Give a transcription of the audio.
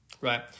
right